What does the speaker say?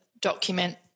document